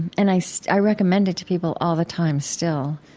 and i so i recommend it to people all the time still